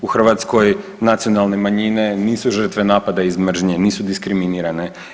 U Hrvatskoj nacionalne manjine nisu žrtve napada iz mržnje, nisu diskriminirane.